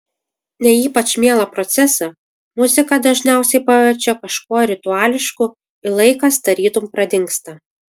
ne ypač mielą procesą muzika dažniausiai paverčia kažkuo rituališku ir laikas tarytum pradingsta